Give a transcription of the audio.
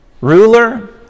Ruler